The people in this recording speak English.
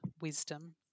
wisdom